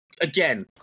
again